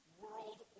world